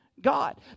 God